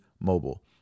Mobile